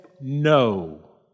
no